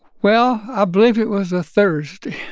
well, i believe it was a thursday.